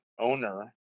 owner